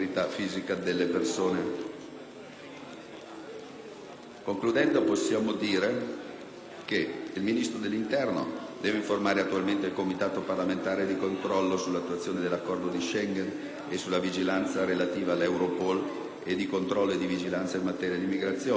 Concludendo, possiamo dire che il Ministro dell'interno deve informare annualmente il Comitato parlamentare di controllo sull'attuazione dell'Accordo di Schengen, di vigilanza sull'attività di Europol, di controllo e vigilanza in materia di immigrazione: sullo stato di attuazione delle previsioni del Trattato,